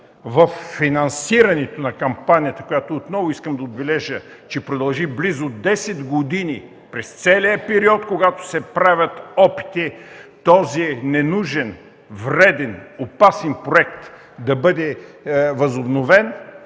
във финансирането на кампанията, която, отново искам да отбележа, че продължи десет години – през целия период, когато се правят опити този ненужен, вреден, опасен проект да бъде възобновен,